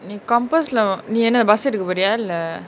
நீ:nee compass lah oh நீ என்ன:nee enna bus எடுக்க போரியா இல்ல:eduka poriya illa